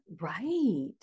Right